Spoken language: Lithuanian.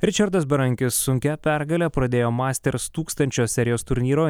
ričardas berankis sunkia pergale pradėjo masters tūkstančio serijos turnyro